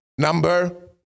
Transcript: Number